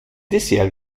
dessert